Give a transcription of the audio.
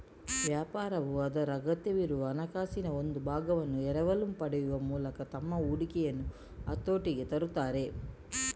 ವ್ಯಾಪಾರವು ಅದರ ಅಗತ್ಯವಿರುವ ಹಣಕಾಸಿನ ಒಂದು ಭಾಗವನ್ನು ಎರವಲು ಪಡೆಯುವ ಮೂಲಕ ತಮ್ಮ ಹೂಡಿಕೆಯನ್ನು ಹತೋಟಿಗೆ ತರುತ್ತಾರೆ